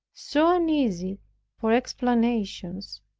so uneasy for explanations,